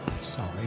Sorry